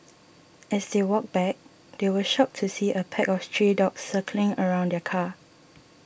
as they walked back they were shocked to see a pack of stray dogs circling around their car